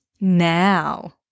Now